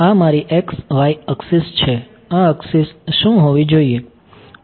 તો આ મારી x y અક્ષીસ છે આ અક્ષીસ શું હોવી જોઈએ